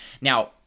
Now